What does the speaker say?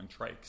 trikes